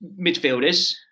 midfielders